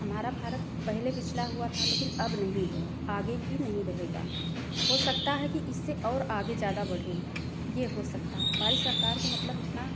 हमारा भारत पहले पिछड़ा हुआ था लेकिन अब नहीं है आगे भी नहीं रहेगा हो सकता है कि इससे और आगे ज्यादा बढ़े ये हो सकता है हमारे सरकार को मतलब इतना